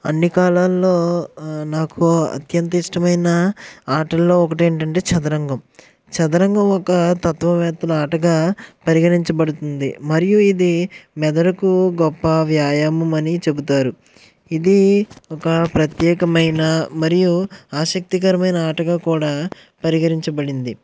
అన్ని కాలాల్లో నాకు అత్యంత ఇష్టమైన ఆటల్లో ఒకటి ఏంటంటే చదరంగం చదరంగం ఒక తత్వవేత్తల ఆటగా పరిగణించబడుతుంది మరియు ఇది మెదడుకు గొప్ప వ్యాయామం అని చెబుతారు ఇది ఒక ప్రత్యేకమైన మరియు ఆసక్తికరమైన ఆటగా కూడా పరిగణించబడింది